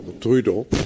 Trudeau